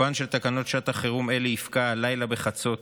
תוקפן של תקנות שעת חירום אלה יפקע הלילה בחצות,